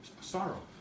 Sorrow